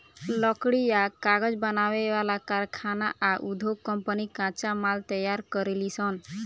लकड़ी आ कागज बनावे वाला कारखाना आ उधोग कम्पनी कच्चा माल तैयार करेलीसन